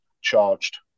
charged